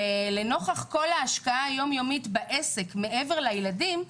לנוכח כל ההשקעה היום יומית בעסק, מעבר לילדים,